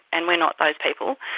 and we are not those people.